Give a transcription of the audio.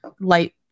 light